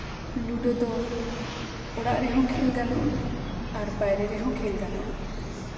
ᱞᱩᱰᱳ ᱫᱚ ᱚᱲᱟᱜ ᱨᱮᱦᱚᱸ ᱠᱷᱮᱞ ᱜᱟᱱᱚᱜᱼᱟ ᱟᱨ ᱵᱟᱭᱨᱮ ᱨᱮᱦᱚᱸ ᱠᱷᱮᱞ ᱜᱟᱱᱚᱜᱼᱟ